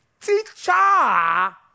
teacher